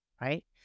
Right